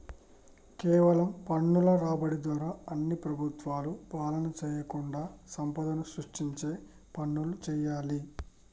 కేవలం పన్నుల రాబడి ద్వారా అన్ని ప్రభుత్వాలు పాలన చేయకుండా సంపదను సృష్టించే పనులు చేయాలి